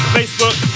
Facebook